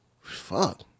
Fuck